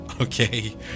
okay